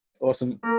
Awesome